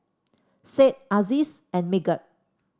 Said Aziz and Megat